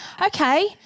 Okay